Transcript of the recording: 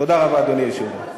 תודה רבה, אדוני היושב-ראש.